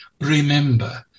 remember